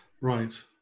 Right